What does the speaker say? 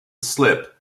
slip